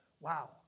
wow